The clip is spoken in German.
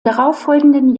darauffolgenden